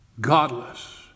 Godless